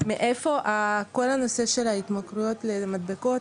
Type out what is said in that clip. מאיפה כל הנושא של ההתמכרויות למדבקות,